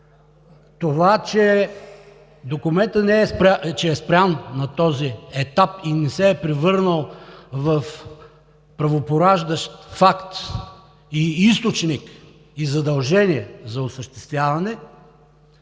Това, че документът е спрян на този етап и не се е превърнал в правопораждащ факт и източник, и задължение за осъществяване,